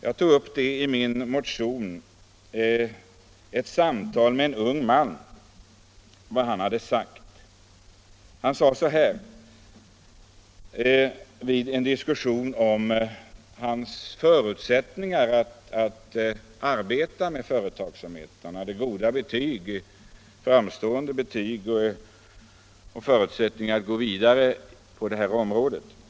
Jag tog i min motion upp vad en ung man sagt vid en diskussion om hans förutsättningar att arbeta med företagsamhet. Han hade goda betyg och förutsättningar att gå vidare inom detta område.